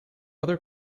other